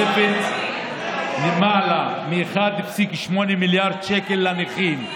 תוספת של למעלה מ-1.8 מיליארד שקל לנכים.